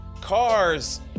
Cars